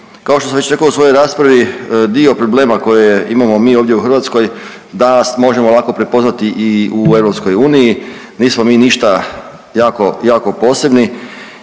Kao što sam već rekao u svojoj raspravi, dio problema koje imamo mi ovdje u Hrvatskoj, danas možemo lako prepoznati i u EU, nismo mi ništa jako, jako posebni,